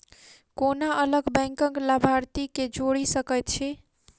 कोना अलग बैंकक लाभार्थी केँ जोड़ी सकैत छी?